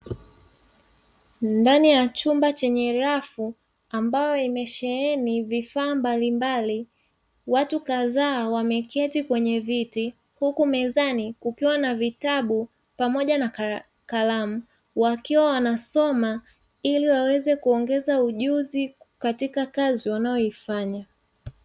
Ndani ya chuma chenye rafu ambayo imesheheni vifaa mbalimbali, watu kadhaa wameketi kwenye viti huku mezani kukiwa na vitabu pamoja na kalamu wakiwa wanasoma ili waweze kuongeza ujuzi katika kazi wanayoifanya.